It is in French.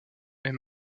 mais